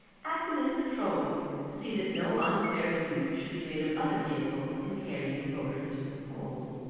acted as patrols to see that no unfair use should be made of other vehicles in carrying voters to the polls.